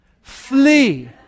flee